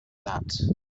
that